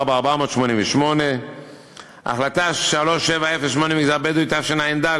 2,584,488. החלטה 3708, מגזר בדואי, תשע"ד,